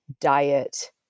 diet